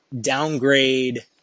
downgrade